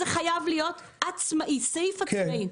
זה חייב להיות עצמאי, סעיף עצמאי.